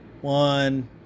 one